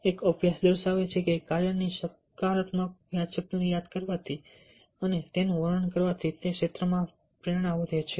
એક અભ્યાસ દર્શાવે છે કે કાર્યની સકારાત્મક યાદશક્તિને યાદ કરવાથી અને તેનું વર્ણન કરવાથી તે ક્ષેત્રમાં પ્રેરણા વધે છે